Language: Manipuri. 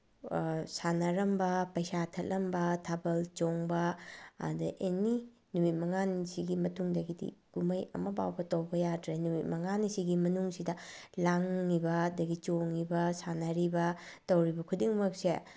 ꯁꯥꯟꯅꯔꯝꯕ ꯄꯩꯁꯥ ꯊꯠꯂꯝꯕ ꯊꯥꯕꯜ ꯆꯣꯡꯕ ꯑꯗ ꯑꯦꯅꯤ ꯅꯨꯃꯤꯠ ꯃꯉꯥꯅꯤꯁꯤꯒꯤ ꯃꯇꯨꯡꯗꯒꯤꯗꯤ ꯀꯨꯝꯍꯩ ꯑꯃꯕꯥꯎꯕ ꯇꯧꯕ ꯌꯥꯗ꯭ꯔꯦ ꯅꯨꯃꯤꯠ ꯃꯉꯥꯅꯤꯁꯤꯒꯤ ꯃꯅꯨꯡꯁꯤꯗ ꯂꯥꯡꯉꯤꯕ ꯑꯗꯒꯤ ꯆꯣꯡꯉꯤꯕ ꯁꯥꯟꯅꯔꯤꯕ ꯇꯧꯔꯤꯕ ꯈꯨꯗꯤꯡꯃꯛꯁꯦ